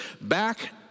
back